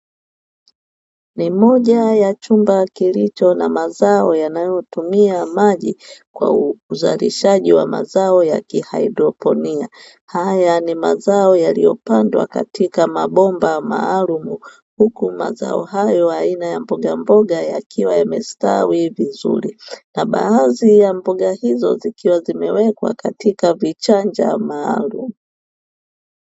Ni moja ya chumba kilicho na mazao yanayotumia maji kwa uzalishaji wa mazao ya kihaidroponia. Haya ni mazao yaliyopandwa katika mabomba maalumu huku mazao hayo aina ya mbogamboga yakiwa yamestawi vizuri na baadhi ya mboga hizo zikiwa zimewekwa katika vichanja maalumu.